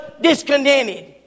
discontented